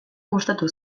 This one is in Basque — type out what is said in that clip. gustatu